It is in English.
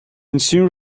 ensuing